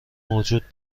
موجود